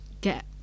get